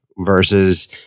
versus